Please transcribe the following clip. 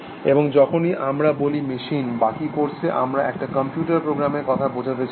এবং যখনই আমরা বলি মেশিন বাকি কোর্সে আমরা একটা কম্পিউটার প্রোগ্রামের কথা বোঝাতে চাইব